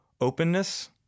Openness